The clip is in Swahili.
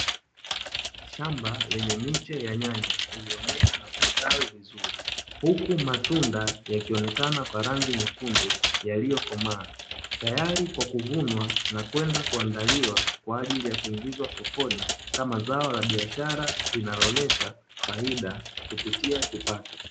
Shamba lenye miche ya nyanya iliyomea na kustawi vizuri, huku matunda yakionekana kwa rangi nyekundu yaliyokomaa, tayari kwa kuvunwa na kwenda kuandaliwa kwa ajili ya kuingizwa sokoni, kama zao la biashara linaloleta faida kupitia kipato.